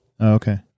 Okay